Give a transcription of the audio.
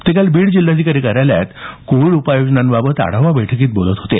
ते काल बीड जिल्हाधिकारी कार्यालयात कोविड उपाययोजनांबाबत आढावा बैठकीत बोलत होते